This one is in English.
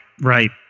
Right